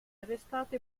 arrestato